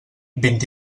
vint